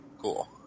Cool